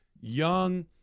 young